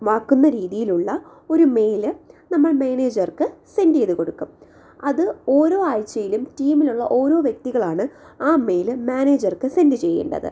ആക്കുന്ന രീതിയിലുള്ള ഒരു മെയില് നമ്മൾ മാനേജർക്ക് സെൻഡ് ചെയ്ത് കൊടുക്കും അത് ഓരോ ആഴ്ചയിലും ടീമിലുള്ള ഓരോ വ്യക്തികളാണ് ആ മെയില് മാനേജർക്ക് സെൻഡ് ചെയ്യേണ്ടത്